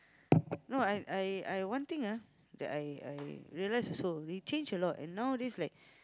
no I I I one thing ah that I I realise also he change a lot and nowadays like